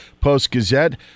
Post-Gazette